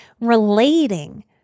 relating